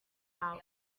out